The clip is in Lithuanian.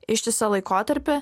ištisą laikotarpį